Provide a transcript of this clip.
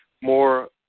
more